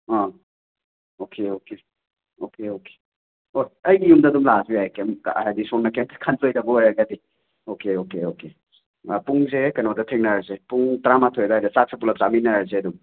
ꯑꯥ okay okay okay okay ꯑꯣ ꯑꯩꯒꯤ ꯌꯨꯝꯗ ꯑꯗꯨꯝ ꯂꯥꯛꯑꯁꯨ ꯌꯥꯏ ꯀꯩꯝ ꯍꯥꯏꯗꯤ ꯁꯣꯝꯅ ꯀꯩꯝꯇ ꯈꯟꯂꯣꯏꯗꯕ ꯑꯣꯏꯔꯒꯗꯤ ꯑꯣꯀꯦ ꯑꯣꯀꯦ ꯑꯣꯀꯦ ꯄꯨꯡꯁꯦ ꯀꯩꯅꯣꯗ ꯊꯦꯡꯅꯔꯖꯁꯦꯄꯨꯡ ꯇꯔꯥꯃꯊꯣꯏ ꯑꯗ꯭ꯋꯥꯏꯗ ꯆꯥꯛꯁꯨ ꯄꯨꯜꯂꯞ ꯆꯥꯃꯤꯟꯅꯔꯁꯦ ꯑꯗꯨꯝ